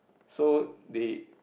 so they